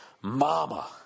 Mama